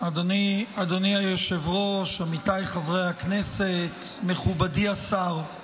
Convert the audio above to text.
אדוני היושב-ראש, עמיתיי חברי הכנסת, מכובדי השר,